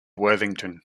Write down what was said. worthington